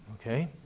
Okay